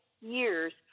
years